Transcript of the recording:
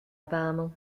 apparemment